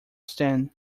stand